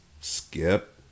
skip